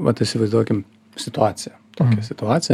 vat įsivaizduokim situaciją tokią situaciją